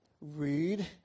read